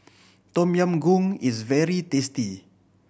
Tom Yam Goong is very tasty